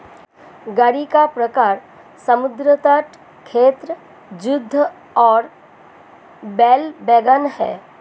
गाड़ी का प्रकार समुद्र तट, खेत, युद्ध और बैल वैगन है